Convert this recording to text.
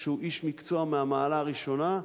שהוא איש מקצוע מהמעלה הראשונה,